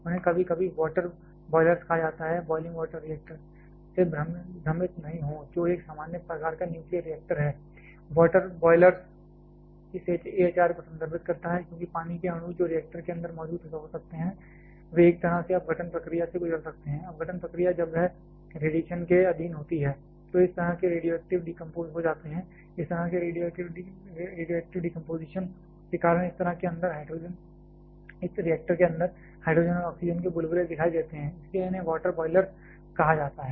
उन्हें कभी कभी वॉटर ब्वॉयलरस् कहा जाता है ब्वॉयलिंग वाटर रिएक्टर से भ्रमित नहीं हो जो एक सामान्य प्रकार का न्यूक्लियर रिएक्टर है वॉटर ब्वॉयलरस् इस AHR को संदर्भित करता है क्योंकि पानी के अणु जो रिएक्टर के अंदर मौजूद हो सकते हैं वे एक तरह से अपघटन प्रक्रिया से गुजर सकते हैं अपघटन प्रक्रिया जब वह रेडिएशन के अधीन होती है तो इस तरह के रेडियोएक्टिव डीकंपोज हो जाते हैं इस तरह के रेडियोएक्टिव डीकंपोजिशन के कारण इस रिएक्टर के अंदर हाइड्रोजन और ऑक्सीजन के बुलबुले दिखाई दे सकते हैं इसलिए इन्हें वाटर बॉयलरस् कहा जाता है